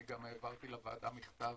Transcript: אני גם העברתי לוועדה מכתב